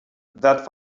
that